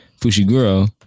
Fushiguro